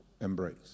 embrace